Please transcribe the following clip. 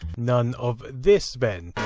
none of this then.